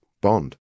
bond